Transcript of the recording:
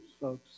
folks